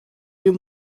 you